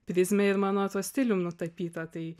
prizmę ir mano tuo stilium nutapyta tai